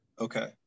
Okay